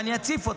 ואני אציף אותו.